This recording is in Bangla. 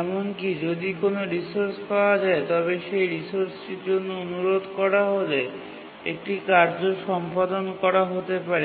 এমনকি যদি কোনও রিসোর্স পাওয়া যায় তবে সেই রিসোর্সটির জন্য অনুরোধ করা হলে একটি কার্য সম্পাদন করা হতে পারে